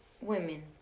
Women